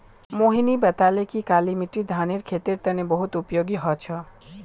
मोहिनी बताले कि काली मिट्टी धानेर खेतीर तने बहुत उपयोगी ह छ